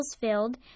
filled